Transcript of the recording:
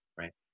right